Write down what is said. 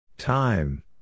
Time